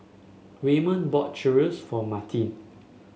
Waymon bought Chorizo for Martine